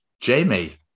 Jamie